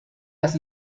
las